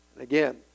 Again